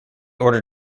order